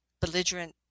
belligerent